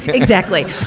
exactly.